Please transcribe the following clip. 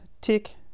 tick